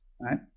right